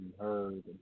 heard